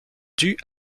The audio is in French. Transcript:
dues